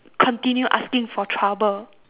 continue asking for trouble